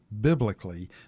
biblically